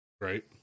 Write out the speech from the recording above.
Right